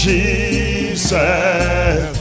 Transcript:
Jesus